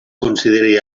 consideri